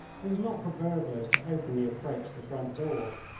it was not for burglars to openly approach the front door.